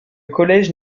collège